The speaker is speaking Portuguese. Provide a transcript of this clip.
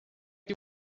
que